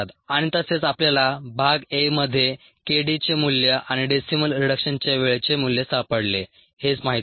आणि तसेच आपल्याला भाग a मध्ये k d चे मूल्य आणि डेसिमल रिडक्शनच्या वेळेचे मूल्य सापडले हेच माहित आहे